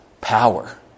Power